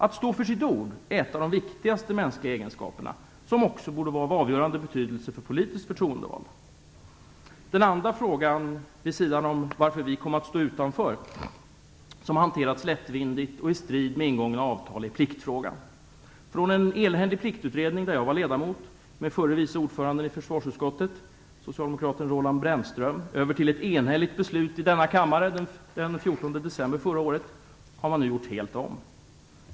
Att stå för sitt ord är en av de viktigaste mänskliga egenskaperna, som också borde vara av avgörande betydelse för politiskt förtroendevalda. Den andra frågan vilken, vid sidan om anledningen till att vi kom att stå utanför detta arbete, har hanterats lättvindigt och i strid med ingångna avtal är pliktfrågan. Vi har haft en enhällig pliktutredning - där jag själv var ledamot - under förre vice ordföranden i försvarsutskottet, socialdemokraten Roland Brännström, och ett enhälligt beslut i denna kammare den 14 december förra året, men nu har man gjort helt om.